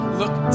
look